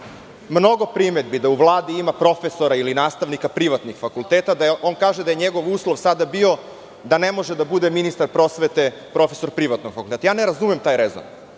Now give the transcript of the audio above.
mnogo primedbi da u Vladi ima profesora ili nastavnika privatnih fakulteta, on kaže da je njegov uslov sada bio da ne može da bude ministar prosvete profesor privatnog fakulteta. Ne razumem taj rezon.